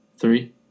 three